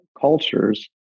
cultures